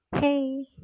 Hey